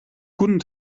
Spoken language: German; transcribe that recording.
guten